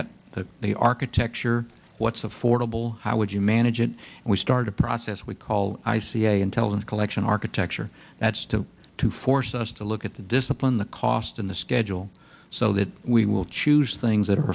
at the architecture what's affordable how would you manage it and we start a process we call i see a intelligence collection architecture that's to to force us to look at the discipline the cost in the schedule so that we will choose things that are